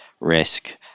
risk